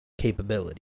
capability